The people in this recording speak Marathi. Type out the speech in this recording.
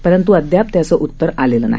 परंत् अदयाप त्याचे उत्तर आलेलं नाही